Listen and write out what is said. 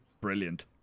brilliant